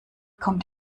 kommt